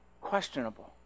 questionable